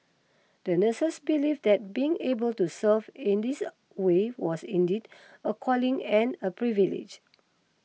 the nurses believed that being able to serve in this way was indeed a calling and a privilege